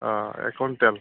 अ एक कुविन्टेल